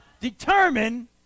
determine